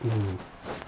mmhmm